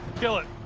kill it.